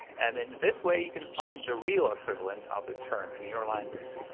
and in this way, you can find the real equivalent of the term in your language.